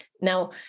Now